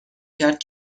کرد